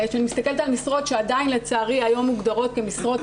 כשאני מסתכלת על משרות שעדיין לצערי היום מוגדרות כמשרות